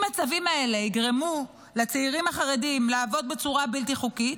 אם הצווים האלה יגרמו לצעירים החרדים לעבוד בצורה בלתי חוקית,